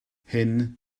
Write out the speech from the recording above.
hyn